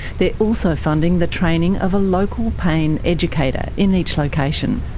they're also funding the training of a local pain educator in each location.